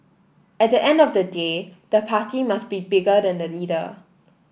at the end of the day the party must be bigger than the leader